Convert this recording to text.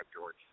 George